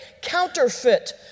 counterfeit